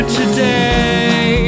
today